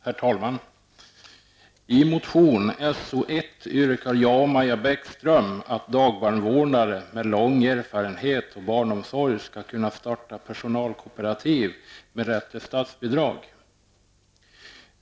Herr talman! I motion So1 yrkar jag och Maja Bäckström att dagbarnvårdare med lång erfarenhet av barnomsorg skall kunna starta personalkooperativ med rätt till statsbidrag.